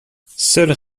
seuls